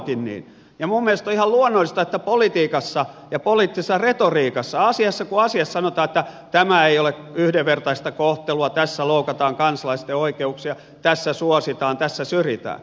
minun mielestäni on ihan luonnollista että politiikassa ja poliittisessa retoriikassa asiassa kuin asiassa sanotaan että tämä ei ole yhdenvertaista kohtelua tässä loukataan kansalaisten oikeuksia tässä suositaan tässä syrjitään